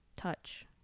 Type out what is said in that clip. touch